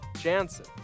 Jansen